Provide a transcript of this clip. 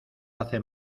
hace